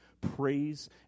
praise